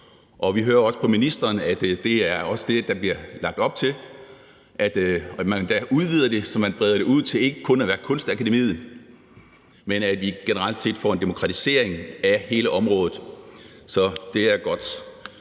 og vi hører også på ministeren, at det er det, der bliver lagt op til, og at man endda udvider det, så man breder det til ikke kun at være Kunstakademiet, men at vi generelt set får en demokratisering af hele området. Så det er godt.